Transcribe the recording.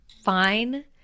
fine